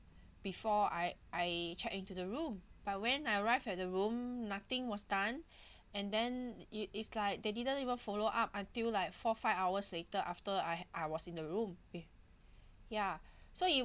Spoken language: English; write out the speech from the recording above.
before I I check into the room but when I arrived at the room nothing was done and then it is like they didn't even follow up until like four five hours later after I I was in the room with ya so it